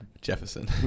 Jefferson